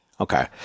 Okay